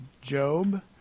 Job